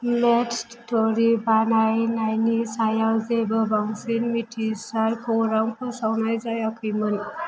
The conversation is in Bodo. नट स्ट'री बायनायनि सायाव जेबो बांसिन मिथिसार खौरां फोसावनाय जायाखैमोन